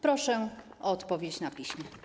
Proszę o odpowiedź na piśmie.